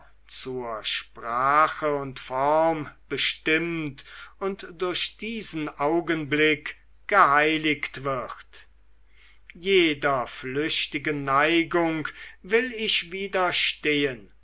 zur sprache und form bestimmt und durch diesen augenblick geheiligt wird jeder flüchtigen neigung will ich